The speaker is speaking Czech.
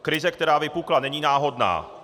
Krize, která vypukla, není náhodná.